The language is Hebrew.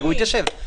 הוא לא התחיל לדלג.